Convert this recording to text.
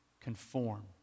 conform